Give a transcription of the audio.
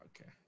Okay